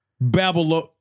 Babylon